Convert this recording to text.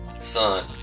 son